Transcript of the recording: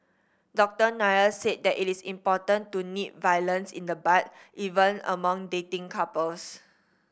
Doctor Nair said that it is important to nip violence in the bud even among dating couples